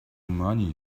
money